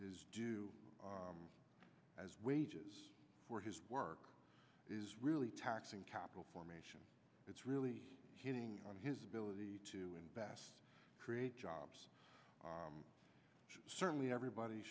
is due as wages for his work is really taxing capital formation it's really hitting on his ability to invest create jobs certainly everybody